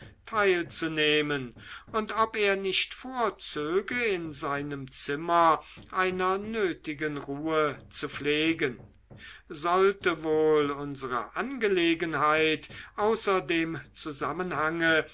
teilzunehmen und ob er nicht vorzöge in seinem zimmer einer nötigen ruhe zu pflegen sollte wohl unsere angelegenheit außer dem zusammenhange